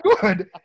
good